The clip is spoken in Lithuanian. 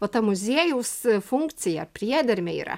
va ta muziejaus funkcija priedermė yra